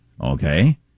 Okay